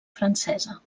francesa